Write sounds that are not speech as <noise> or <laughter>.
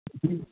<unintelligible>